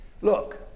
Look